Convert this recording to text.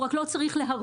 הוא רק לא צריך להרוויח.